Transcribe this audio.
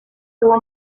uwo